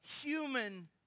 human